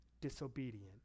disobedient